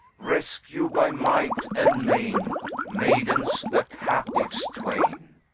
rescue by might and main maidens, the captives twain.